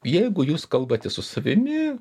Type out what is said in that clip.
jeigu jūs kalbatės su savimi